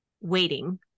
waiting